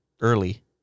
early